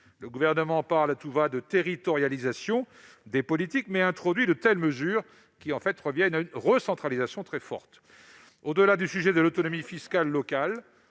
Le Gouvernement parle à tout va de territorialisation des politiques, mais introduit de telles mesures qui reviennent à imposer une recentralisation très forte. Au-delà des questions relatives à l'autonomie fiscale locale,